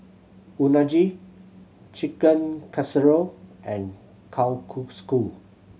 Unagi Chicken Casserole and Kalguksu